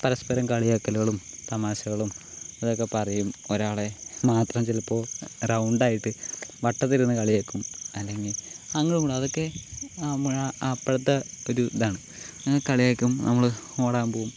പരസ്പരം കളിയാക്കലുകളും തമാശകളും ഇതൊക്കെ പറയും ഒരാളെ മാത്രം ചിലപ്പോൾ റൗണ്ട് ആയിട്ട് വട്ടത്തിൽ നിന്ന് കളിയാക്കും അല്ലെങ്കിൽ അങ്ങോട്ടും ഇങ്ങോട്ടും അതൊക്കെ ആ അപ്പോഴത്തെ ഒരു ഇതാണ് ഇങ്ങനെ കളിയാക്കും നമ്മൾ ഓടാൻ പോവും